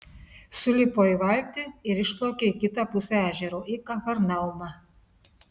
sulipo į valtį ir išplaukė į kitą pusę ežero į kafarnaumą